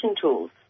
tools